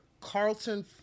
Carlton